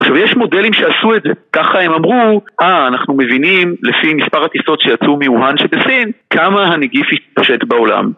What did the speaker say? עכשיו יש מודלים שעשו את זה, ככה הם אמרו, אה אנחנו מבינים לפי מספר הטיסות שיצאו מאוהן שבסין, כמה הנגיף יתפשט בעולם.